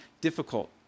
difficult